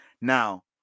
Now